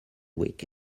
weak